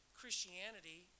Christianity